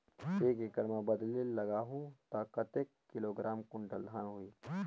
एक एकड़ मां बदले लगाहु ता कतेक किलोग्राम कुंटल धान होही?